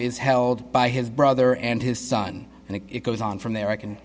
is held by his brother and his son and it goes on from there i can